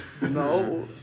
No